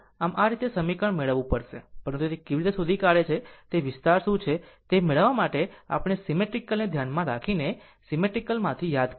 આમ આ રીતે સમીકરણ મેળવવું પડશે પરંતુ તે કેવી રીતે શોધી કાઢશે તે વિસ્તાર શું છે તે મેળવવા માટે આપણી સીમેટ્રીકલ ને ધ્યાનમાં રાખીને સીમેટ્રીકલ માંથી યાદ રાખો